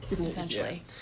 Essentially